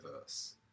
verse